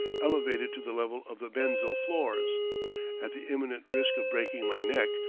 elevated to the level of the menzil floors at the imminent risk of breaking my neck,